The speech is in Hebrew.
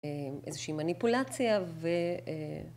איזושהי מניפולציה ו...